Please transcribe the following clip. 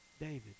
David